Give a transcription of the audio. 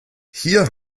hier